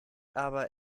aber